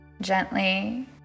Gently